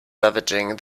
ravaging